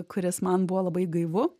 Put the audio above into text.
kuris man buvo labai gaivu